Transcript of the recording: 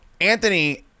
anthony